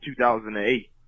2008